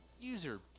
User